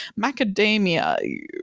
macadamia